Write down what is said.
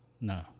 No